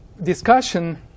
discussion